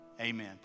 amen